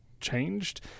changed